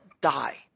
die